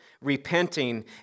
repenting